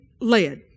led